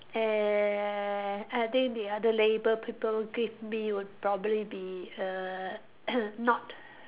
and I think the other label people give me would probably be err not